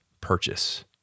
purchase